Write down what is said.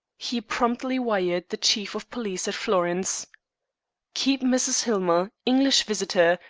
he promptly wired the chief of police at florence keep mrs. hillmer, english visitor,